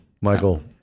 michael